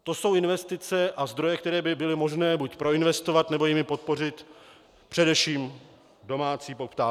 To jsou investice a zdroje, které by bylo možné buď proinvestovat, nebo jimi podpořit především domácí poptávku.